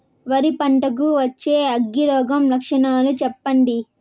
వరి పంట కు వచ్చే అగ్గి రోగం లక్షణాలు చెప్పండి?